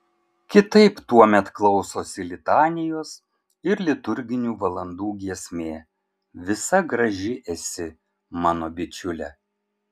kitaip tuomet klausosi litanijos ir liturginių valandų giesmė visa graži esi mano bičiule